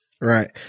Right